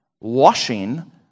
washing